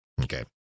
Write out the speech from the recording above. Okay